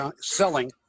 selling